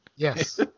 Yes